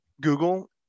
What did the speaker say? Google